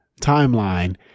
timeline